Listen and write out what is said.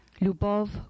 Lubov